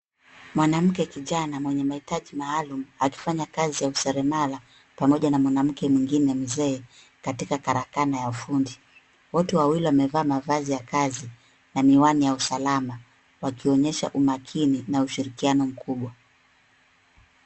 Mwanamke kijana mwenye mahitaji maalum akifanya kazi ya useremala pamoja na mwanamke mwingine mzee katika katakana ya fundi. Wote wawili wamevaa mavazi ya kazi na miwani ya usalama wakionyesha umakini na ushirikiani mkubwa.